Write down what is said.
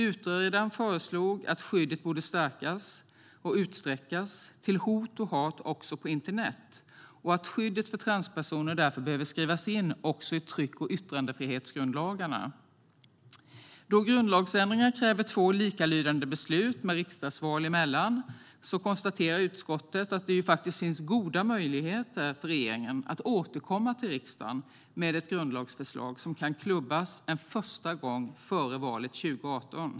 Utredaren föreslog att skyddet bör stärkas och utsträckas till hot och hat också på internet och att skyddet för transpersoner behöver skrivas in i tryck och yttrandefrihetsgrundlagarna. Då grundlagsändringar kräver två likalydande beslut med riksdagsval emellan konstaterar utskottet att det finns goda möjligheter för regeringen att återkomma till riksdagen med ett grundlagsförslag som kan klubbas en första gång före valet 2018.